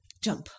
jump